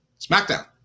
SmackDown